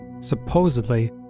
supposedly